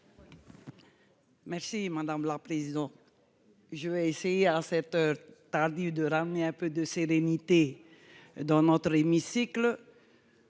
explication de vote. Je vais essayer, à cette heure tardive, de ramener un peu de sérénité dans notre hémicycle.